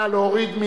נא להוריד.